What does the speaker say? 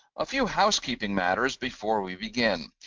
a few housekeeping matters before we begin.